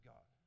God